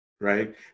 right